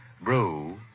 brew